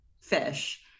Fish